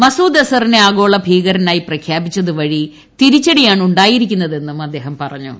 മസൂദ് അസറിനെ ആഗോള ഭീകരനായി പ്രഖ്യാപിച്ചത് വഴി തിരിച്ചടിയാണ് ഉ ായിരിക്കുന്നതെന്നും അദ്ദേഹം പറഞ്ഞു